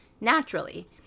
naturally